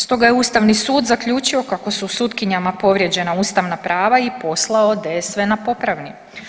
Stoga je Ustavni sud zaključio kako su sutkinjama povrijeđena ustavna prava i poslao DSV na popravni.